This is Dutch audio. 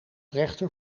rechter